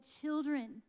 children